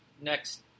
next